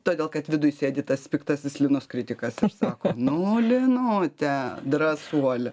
todėl kad viduj sėdi tas piktasis linos kritikas ir sako nu linute drąsuole